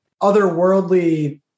otherworldly